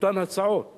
אותן הצעות למעשה,